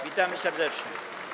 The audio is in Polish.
Witamy serdecznie.